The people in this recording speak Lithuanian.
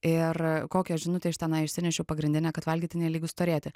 ir kokią žinutę iš tenai išsinešiau pagrindinę kad valgyti nelygu storėti